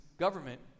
government